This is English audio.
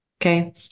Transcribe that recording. Okay